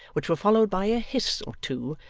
which were followed by a hiss or two,